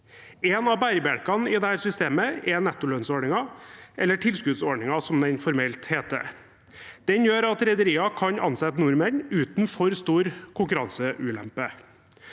En av bærebjelkene i dette systemet er nettolønnsordningen, eller tilskuddsordningen, som den formelt heter. Den gjør at rederier kan ansette nordmenn uten en for stor konkurranseulempe.